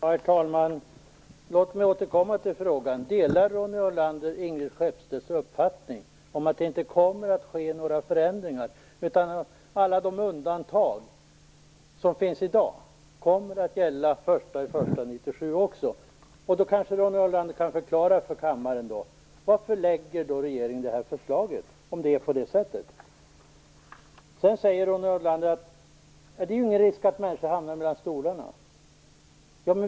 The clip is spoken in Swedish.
Herr talman! Låt mig återkomma till frågan. Delar Ronny Olander Ingrid Skeppstedts uppfattning om att det inte kommer att ske några förändringar, utan att alla de undantag som finns i dag kommer att gälla också den 1 januari 1997? Ronny Olander kan kanske förklara för kammaren varför regeringen lägger fram detta förslag om det är på det sättet. Ronny Olander säger att det inte är någon risk att människor hamnar mellan stolarna.